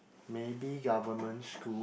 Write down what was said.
maybe government school